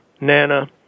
Nana